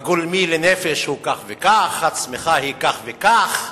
הגולמי לנפש הוא כך וכך, הצמיחה היא כך וכך.